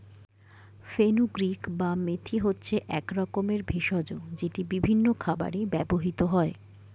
fenugreek বা মেথি হচ্ছে এক রকমের ভেষজ যেটি বিভিন্ন খাবারে ব্যবহৃত হয়